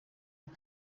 aho